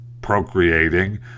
procreating